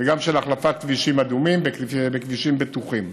גם של החלפת כבישים אדומים בכבישים בטוחים.